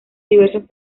diversos